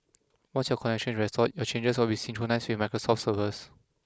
once your connection is restored your changes will be synchronised with Microsoft's servers